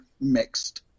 mixed